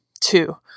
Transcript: Two